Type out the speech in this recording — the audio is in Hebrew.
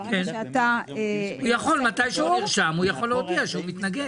ברגע שאתה --- מתי שהוא נרשם הוא יכול להודיע שהוא מתנגד.